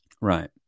Right